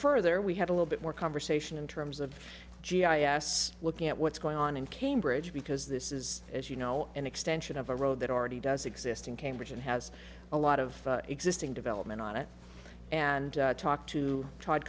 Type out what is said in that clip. further we had a little bit more conversation in terms of g i s looking at what's going on in cambridge because this is as you know an extension of a road that already does exist in cambridge and has a lot of existing development on it and talk to t